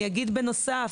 בנוסף,